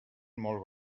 molt